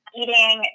eating